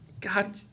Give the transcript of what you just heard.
God